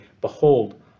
Behold